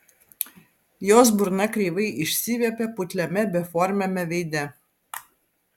jos burna kreivai išsiviepė putliame beformiame veide